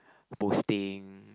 posting